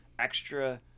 extra